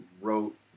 wrote